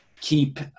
keep